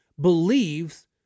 believes